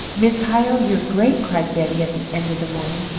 miss hyle, you're great! cried betty, at the end of the morning.